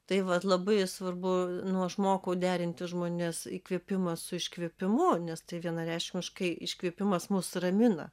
tai vat labai svarbu nu aš mokau derinti žmones įkvėpimą su iškvėpimu nes tai vienareikšmiškai iškvėpimas mus ramina